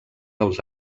els